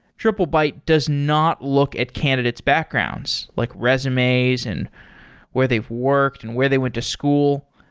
triplebyte does not look at candidate's backgrounds, like resumes and where they've worked and where they went to school.